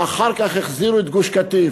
ואחר כך החזירו את גוש-קטיף,